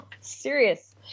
Serious